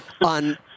on